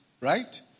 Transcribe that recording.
right